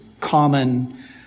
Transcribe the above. common